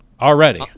Already